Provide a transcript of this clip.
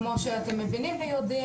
כמו שאתם מבינים ויודעים,